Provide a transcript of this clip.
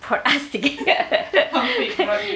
for us to get here